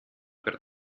per